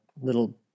little